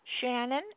Shannon